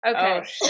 Okay